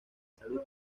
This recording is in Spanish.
salud